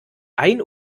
ein